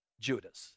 Judas